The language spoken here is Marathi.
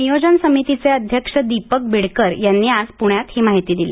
संयोजन समितीचे अध्यक्ष दीपक बीडकर यांनी आज पुण्यात ही माहिती दिली